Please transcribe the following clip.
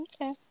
Okay